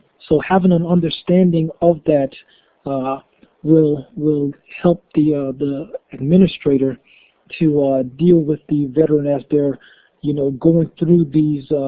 so having an understanding of that ah will will help the ah the administrator to deal with the veteran as they're you know going through these.